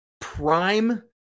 prime